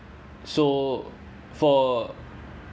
so for